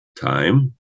time